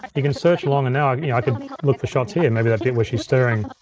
you can search along, and now, and yeah i could look for shots here. and maybe like where she's stirring.